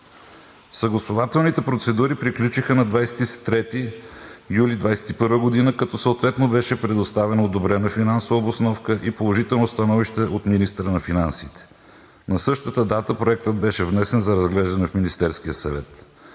Съгласувателните процедури приключиха на 23 юли 2021 г., като съответно беше предоставена одобрена финансова обосновка и положително становище от министъра на финансите. На същата дата Проектът беше внесен за разглеждане в Министерския съвет.